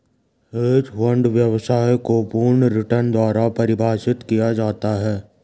hedge fund व्यवसाय को पूर्ण रिटर्न द्वारा परिभाषित किया जाता है